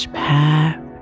path